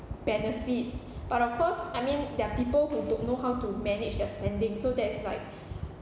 benefits but of course I mean there are people who don't know how to manage their spending so that's like